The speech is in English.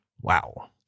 Wow